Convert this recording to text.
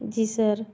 जी sir